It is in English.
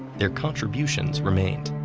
their contributions remained.